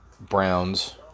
Browns